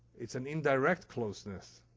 it's an indirect closeness.